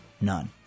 None